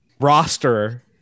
roster